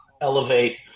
elevate